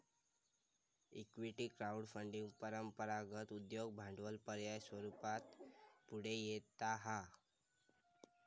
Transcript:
equity crowd funding परंपरागत उद्योग भांडवल पर्याय स्वरूपात पुढे येता हा